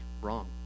wrong